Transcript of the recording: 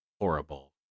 horrible